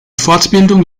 fortbildung